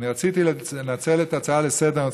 רציתי לנצל את ההצעה לסדר-היום.